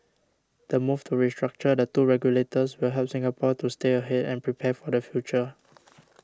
the move to restructure the two regulators will help Singapore to stay ahead and prepare for the future